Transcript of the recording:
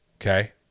okay